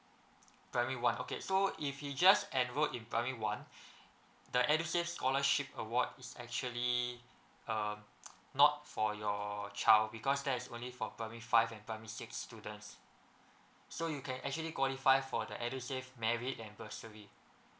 primary one okay so if he just enroll in primary one the edusave scholarship award is actually um not for your child because that is only for primary five and primary six students so you can actually qualify for the edusave merit and bursary